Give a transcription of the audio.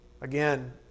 Again